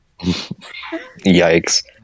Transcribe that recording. Yikes